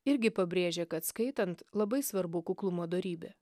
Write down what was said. irgi pabrėžė kad skaitant labai svarbu kuklumo dorybė